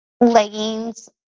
leggings